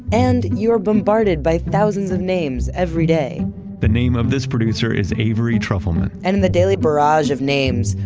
and you're bombarded by thousands of names every day the name of this producer is avery trufleman and in the daily barrage of names,